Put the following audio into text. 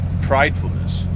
pridefulness